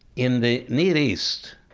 in the mideast